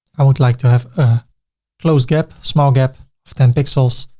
i would like to have a close gap, small gap of ten pixels.